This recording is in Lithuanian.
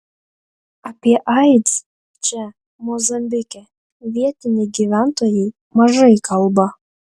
apie aids čia mozambike vietiniai gyventojai mažai kalba